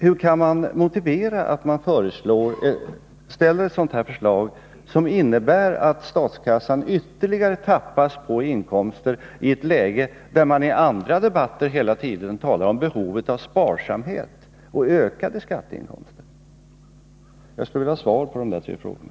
Hur kan man motivera ett sådant här förslag, som innebär att statskassan ytterligare tappas på inkomster i ett läge där man i andra debatter hela tiden talar om behovet av sparsamhet och ökade skatteinkomster? Jag skulle vilja ha svar på de här frågorna.